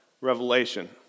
revelation